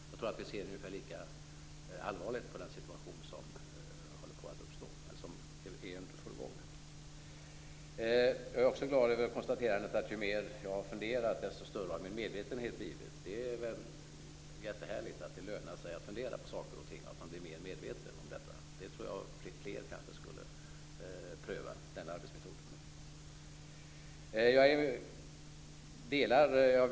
Jag tror att vi ser ungefär lika allvarligt på den situation som har uppstått. Jag är också glad över konstaterandet att ju mer jag har funderat, desto större har min medvetenhet blivit. Det är väl jättehärligt att det lönar sig att fundera på saker och ting och att man blir mer medveten om detta. Jag tror att fler kanske skulle pröva den arbetsmetoden.